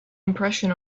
impression